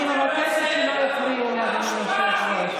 אני מבקשת שלא יפריעו לי,